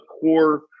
core